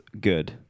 good